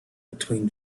between